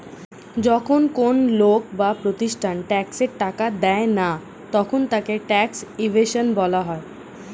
যখন কোন লোক বা প্রতিষ্ঠান ট্যাক্সের টাকা দেয় না তখন তাকে ট্যাক্স ইভেশন বলা হয়